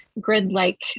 grid-like